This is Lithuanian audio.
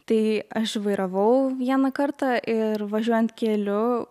tai aš vairavau vieną kartą ir važiuojant keliu